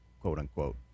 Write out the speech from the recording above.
quote-unquote